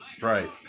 Right